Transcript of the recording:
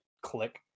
click